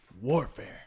Warfare